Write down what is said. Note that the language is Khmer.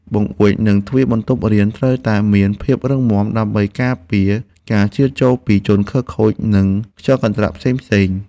បង្អួចនិងទ្វារបន្ទប់រៀនត្រូវតែមានភាពរឹងមាំ ដើម្បីការពារការជ្រៀតចូលពីជនខិលខូចនិងខ្យល់កន្ត្រាក់ផ្សេងៗ។